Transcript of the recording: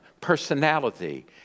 personality